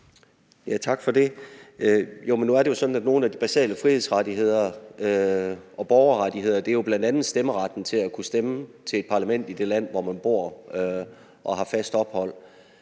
Tak for det. Jo, men nu er det jo sådan, at nogle af de basale frihedsrettigheder og borgerrettigheder, bl.a. retten til at kunne stemme til et parlamentsvalg i det land, hvor man bor og har fast ophold,